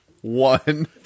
One